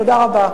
תודה רבה.